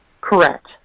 Correct